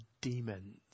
demons